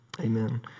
Amen